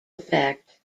effect